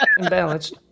Imbalanced